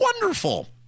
wonderful